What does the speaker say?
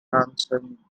grandson